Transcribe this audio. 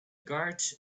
guards